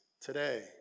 today